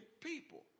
people